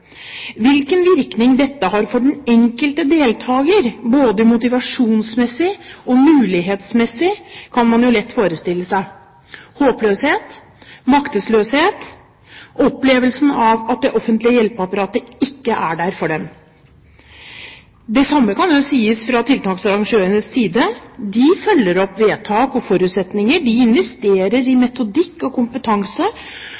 Hvilken virkning dette har for den enkelte deltager, både motivasjonsmessig og mulighetsmessig, kan man jo lett forestille seg: håpløshet, maktesløshet, opplevelsen av at det offentlige hjelpeapparatet ikke er der for dem. Det samme kan jo sies fra tiltaksarrangørenes side: De følger opp vedtak og forutsetninger, de investerer i